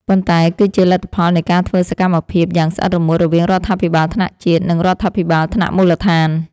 ប៉ុន្តែគឺជាលទ្ធផលនៃការធ្វើសហកម្មយ៉ាងស្អិតរមួតរវាងរដ្ឋាភិបាលថ្នាក់ជាតិ និងរដ្ឋាភិបាលថ្នាក់មូលដ្ឋាន។